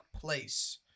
place